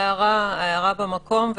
ההערה במקום,